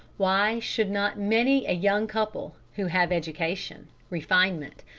why should not many a young couple, who have education, refinement,